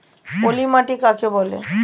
পলি মাটি কাকে বলে?